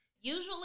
Usually